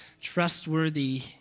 trustworthy